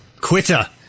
Quitter